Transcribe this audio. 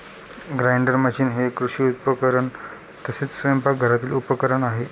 grinder machine हे कृषी उपकरण तसेच स्वयंपाकघरातील उपकरण आहे